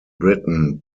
britain